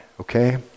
okay